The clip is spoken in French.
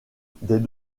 des